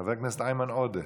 חבר הכנסת איימן עודה,